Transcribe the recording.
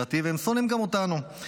והם שונאים גם אותנו.